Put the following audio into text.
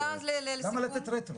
למה לתת רטרו?